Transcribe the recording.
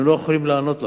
הם לא יכולים לענות לכם,